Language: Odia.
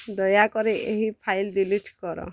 ଦୟାକରି ଏହି ଫାଇଲ୍ ଡିଲିଟ୍ କର